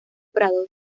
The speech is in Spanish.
prado